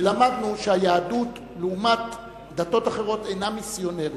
ולמדנו שהיהדות לעומת דתות אחרות אינה מיסיונרית.